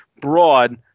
broad